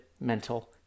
mental